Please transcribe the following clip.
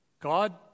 God